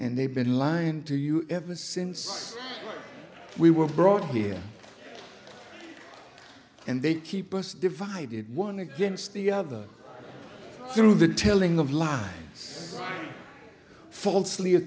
and they've been lying to you ever since we were brought here and they keep us divided one against the other through the telling of life falsely